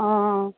ও